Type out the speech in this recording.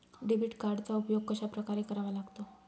Debit कार्डचा उपयोग कशाप्रकारे करावा लागतो?